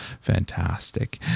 fantastic